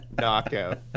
knockout